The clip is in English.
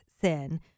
sin